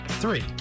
Three